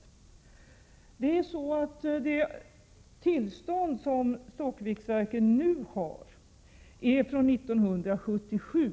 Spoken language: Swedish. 1987/88:129 Det tillstånd som Stockviksverken nu har är från 1977.